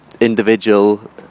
individual